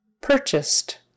purchased